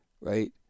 right